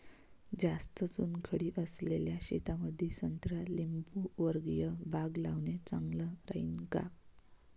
जास्त चुनखडी असलेल्या शेतामंदी संत्रा लिंबूवर्गीय बाग लावणे चांगलं राहिन का?